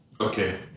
Okay